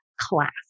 class